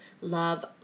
love